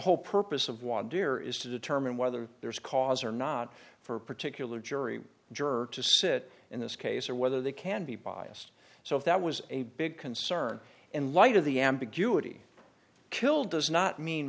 whole purpose of one dear is to determine whether there is cause or not for a particular jury juror to sit in this case or whether they can be biased so if that was a big concern in light of the ambiguity kill does not mean